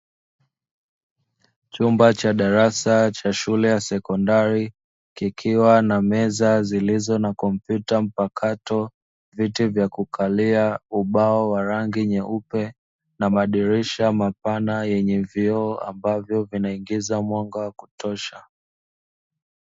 Chumba cha darasa cha shule ya sekondari kikiwa na meza zilizo na kompyuta mpakato, viti vya kukalia, ubao wa rangi nyeupe, na madirisha mapana yenye vioo, ambavyo vinaingiza mwanga wa kutosha.